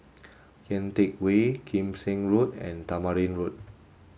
Kian Teck Way Kim Seng Road and Tamarind Road